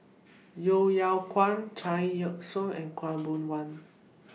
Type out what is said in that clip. Yeo Yeow Kwang Chao Yoke San and Khaw Boon Wan